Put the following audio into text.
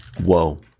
Whoa